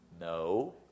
no